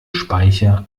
speiche